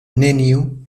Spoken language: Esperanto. neniu